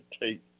take